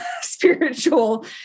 spiritual